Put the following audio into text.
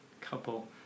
couple